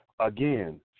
Again